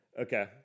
Okay